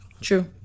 True